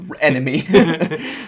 enemy